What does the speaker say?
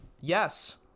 Yes